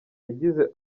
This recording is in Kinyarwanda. yagize